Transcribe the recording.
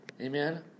Amen